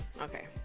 Okay